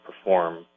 perform